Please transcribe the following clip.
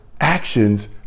actions